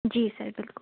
जी sir बिल्कुल